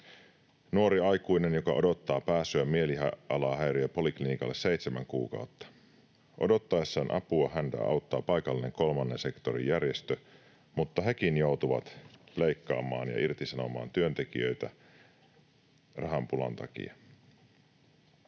Nuori aikuinen, joka odottaa pääsyä mielialahäiriöpoliklinikalle seitsemän kuukautta: odottaessaan apua häntä auttaa paikallinen kolmannen sektorin järjestö, mutta sekin joutuu leikkaamaan ja irtisanomaan työntekijöitä rahapulan takia.